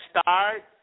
start